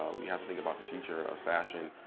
ah we have to think about the future of fashion.